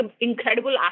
incredible